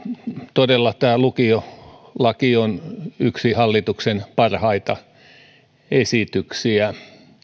todella tämä lukiolaki on yksi hallituksen parhaita esityksiä